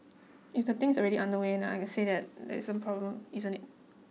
if the things already underway then I say that there is a problem isn't it